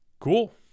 cool